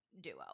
duo